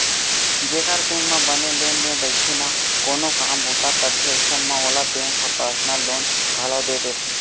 जेकर बेंक म बने लेन देन रइथे ना कोनो काम बूता करथे अइसन म ओला बेंक ह पर्सनल लोन घलौ दे देथे